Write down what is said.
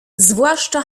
zwłaszcza